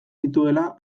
zituela